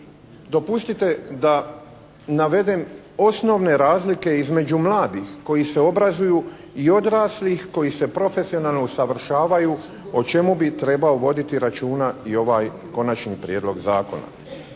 dopustite da navedem osnovne razlike između mladih koji se obrazuju i odraslih koji se profesionalno usavršavaju o čemu bi trebao voditi računa i ovaj konačni prijedlog zakona.